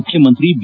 ಮುಖ್ಯಮಂತ್ರಿ ಬಿ